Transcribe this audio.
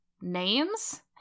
names